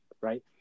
right